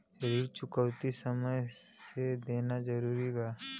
ऋण चुकौती समय से देना जरूरी बा?